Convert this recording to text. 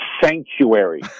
sanctuary